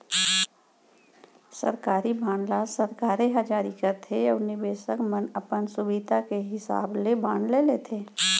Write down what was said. सरकारी बांड ल सरकारे ह जारी करथे अउ निबेसक मन अपन सुभीता के हिसाब ले बांड ले लेथें